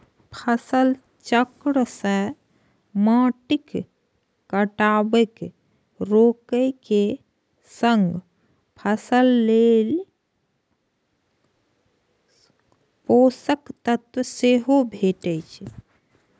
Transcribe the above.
फसल चक्र सं माटिक कटाव रोके के संग फसल लेल पोषक तत्व सेहो भेटै छै